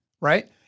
right